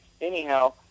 Anyhow